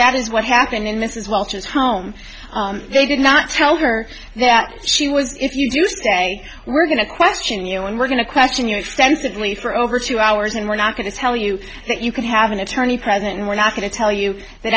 that is what happened in this is welch's home they did not tell her that she was if you do say we're going to question you and we're going to question you extensively for over two hours and we're not going to tell you that you can have an attorney present and we're not going to tell you that